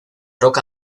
rock